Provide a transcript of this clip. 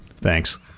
thanks